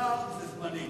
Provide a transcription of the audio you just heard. שר זה זמני.